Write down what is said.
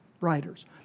writers